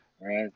Right